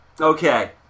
Okay